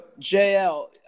JL